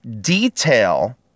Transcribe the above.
detail